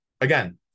Again